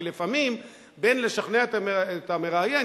כי לפעמים בין לשכנע את המראיין,